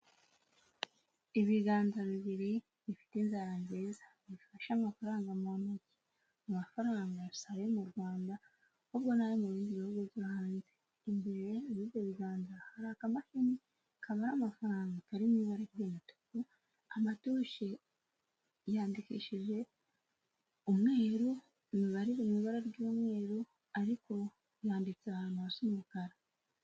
Ibiganza bibiri bifite inzara nziza bifashe amafaranga mu ntoki, amafaranga si ayo mu Rwanda. Ahubwo n'ayo mu bindi bihugu byo hanze, imbere y'ibyo biganza hari akamashini kabara amafaranga kari mu ibara ry'umutuku. Amatushe yandikishije umweru, imibare iri mu ibara ry'umweru ariko yanditse ahantu hasa umukara.